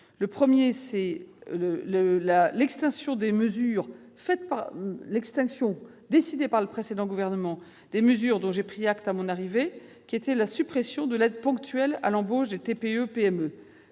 Le premier, c'est l'extinction, décidée par le précédent gouvernement, des mesures dont j'ai pris acte à mon arrivée, à savoir la suppression de l'aide ponctuelle à l'embauche des TPE et PME.